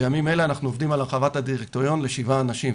בימים אלה אנחנו עובדים על הרחבת הדירקטוריון לשבעה אנשים.